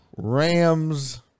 Rams